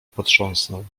potrząsnął